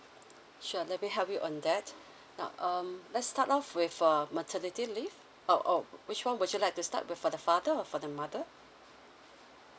sure let me help you on that now um let's start off with uh maternity leave oh oh which one would you like to start with for the father or for the mother